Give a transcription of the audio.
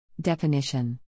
Definition